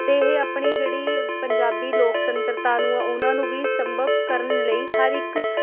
ਅਤੇ ਇਹ ਆਪਣੀ ਜਿਹੜੀ ਪੰਜਾਬੀ ਲੋਕਤੰਤਰਤਾ ਨੂੰ ਉਨ੍ਹਾਂ ਨੂੰ ਵੀ ਸੰਭਵ ਕਰਨ ਲਈ ਹਰ ਇੱਕ